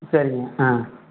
சரிங்க ஆ